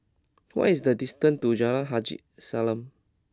what is the distance to Jalan Haji Salam